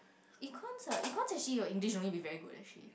Econs ah Econs actually your English no need to be very good actually